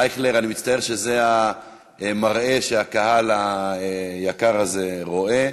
אייכלר, אני מצטער שזה המראה שהקהל היקר הזה רואה.